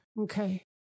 Okay